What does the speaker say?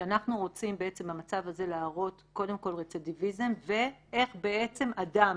אנחנו רוצים במצב הזה להראות קודם כול רצידיוויזם ואיך אדם